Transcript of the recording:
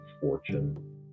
fortune